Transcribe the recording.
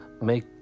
make